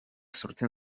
sortzen